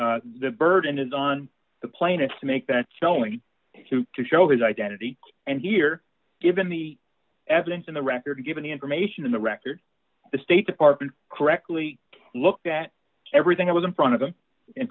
identity the burden is on the plaintiff to make that showing to show his identity and here given the evidence in the record given the information in the record the state department correctly looked at everything that was in front of them in